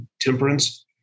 temperance